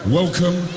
welcome